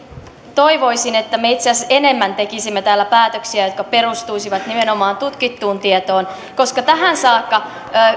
toivoisin että me itse asiassa enemmän tekisimme täällä päätöksiä jotka perustuisivat nimenomaan tutkittuun tietoon koska tähän saakka